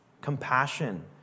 compassion